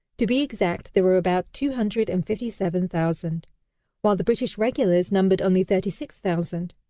to be exact, there were about two hundred and fifty seven thousand while the british regulars numbered only thirty six thousand.